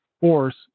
force